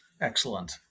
Excellent